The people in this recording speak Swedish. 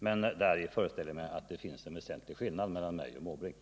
Men här föreställer jag mig att det finns en väsentlig skillnad mellan mig och Bertil Måbrink.